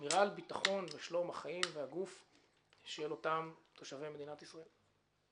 שמירה על ביטחון ושלום החיים והגוף של אותם תושבי מדינת ישראל.